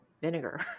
vinegar